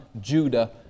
Judah